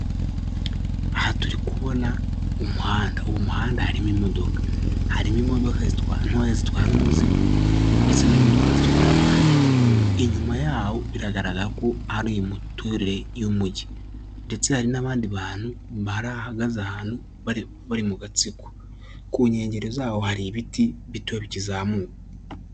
Aha turi kubona umuhanda uwo muhanda harimo imodoka, harimo imodoka zitwara imuzigo ndetse n'imodoka zitwara abantu inyuma yawo biragaragara ko ari imiture y'umujyi ndetse hari n'abandi bantu barahagaze ahantu bari mu gatsiko ku nkengero zawo hari ibiti bito bikizazamuka.